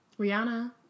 Rihanna